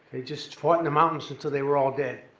they just fought in the mountains until they were all dead.